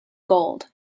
gold